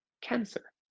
cancer